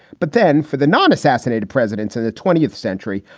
but then for the non assassinated presidents in the twentieth century,